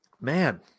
man